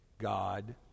God